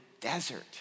desert